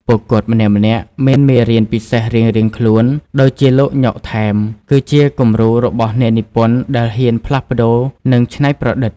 ពួកគាត់ម្នាក់ៗមានមេរៀនពិសេសរៀងៗខ្លួន ដូចជាលោកញ៉ុក ថែម គឺជាគំរូរបស់អ្នកនិពន្ធដែលហ៊ានផ្លាស់ប្តូរ និងច្នៃប្រឌិត។ ។